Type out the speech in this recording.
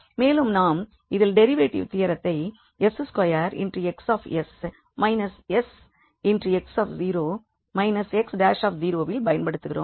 மேலும் நாம் இதில் டெரிவேட்டிவ் தியரத்தை 𝑠2𝑋𝑠 − 𝑠𝑥 − 𝑥′ இல் பயன்படுத்துகிறோம்